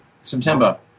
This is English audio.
September